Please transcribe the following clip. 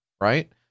right